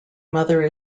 mother